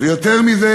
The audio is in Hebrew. ויותר מזה,